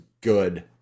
good